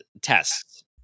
tests